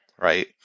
right